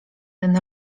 ten